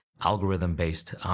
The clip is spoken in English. algorithm-based